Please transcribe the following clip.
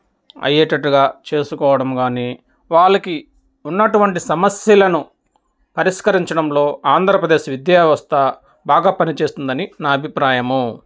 అయ్యేటట్టుగా చేసుకోవడము కానీ వాళ్ళకి ఉన్నటువంటి సమస్యలను పరిష్కరించడంలో ఆంధ్రప్రదేశ్ విద్యా వ్యవస్థ బాగా పనిచేస్తుందని నా అభిప్రాయము